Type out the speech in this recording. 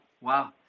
Wow